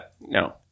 No